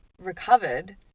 recovered